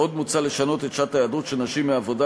עוד מוצע לשנות את שעת ההיעדרות של נשים מעבודה,